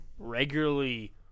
regularly